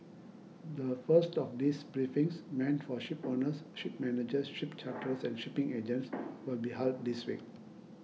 the first of these briefings meant for shipowners ship managers ship charterers and shipping agents will be held this week